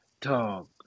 Dog